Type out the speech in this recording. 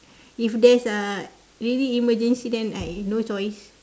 if there is a really emergency then I no choice